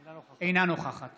אינה נוכחת